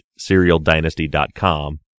serialdynasty.com